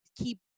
keep